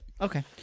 Okay